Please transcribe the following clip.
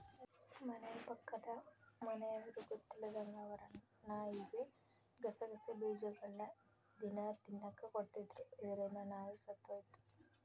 ನಮ್ಮ ಪಕ್ಕದ ಮನೆಯವರು ಗೊತ್ತಿಲ್ಲದಂಗ ಅವರ ನಾಯಿಗೆ ಗಸಗಸೆ ಬೀಜಗಳ್ನ ದಿನ ತಿನ್ನಕ ಕೊಡ್ತಿದ್ರು, ಇದರಿಂದ ನಾಯಿ ಸತ್ತೊಯಿತು